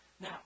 Now